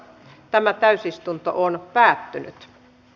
asian käsittely keskeytettiin